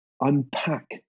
unpack